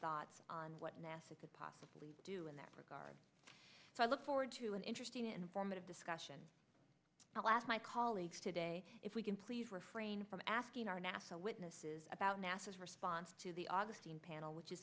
thoughts on what nasa could possibly do in that regard so i look forward to an interesting informative discussion alas my colleagues today if we can please refrain from asking our nasa witnesses about nasa's response to the augustine panel which is